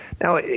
Now